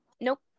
Nope